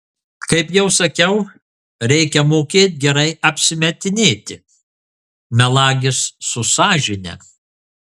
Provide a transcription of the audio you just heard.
kaip jau sakiau reikia mokėt gerai apsimetinėti melagis su sąžine